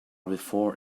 before